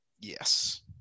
yes